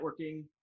networking